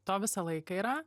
to visą laiką yra